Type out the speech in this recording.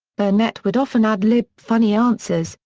burnett would often ad-lib funny answers,